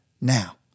Now